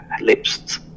lips